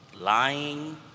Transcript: lying